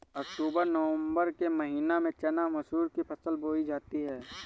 अक्टूबर नवम्बर के महीना में चना मसूर की फसल बोई जाती है?